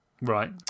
Right